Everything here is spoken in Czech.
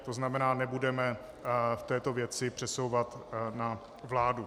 To znamená, nebudeme v této věci přesouvat na vládu.